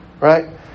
right